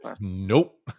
Nope